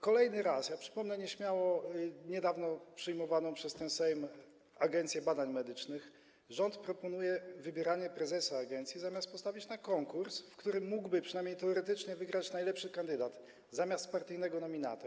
Kolejny raz - przypomnę nieśmiało niedawno przyjmowaną przez ten Sejm ustawę o Agencji Badań Medycznych - rząd proponuje wybieranie prezesa agencji, zamiast postawić na konkurs, w którym mógłby, przynajmniej teoretycznie, wygrać najlepszy kandydat zamiast partyjnego nominata.